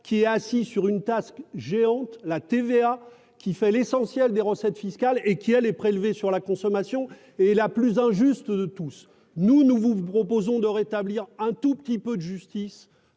qui est assis sur une task géante, la TVA, qui fait l'essentiel des recettes fiscales et qui elle est prélevée sur la consommation et la plus injuste de tous, nous, nous vous proposons de rétablir un tout petit peu de justice